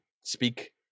speak